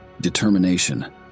determination